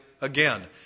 again